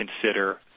consider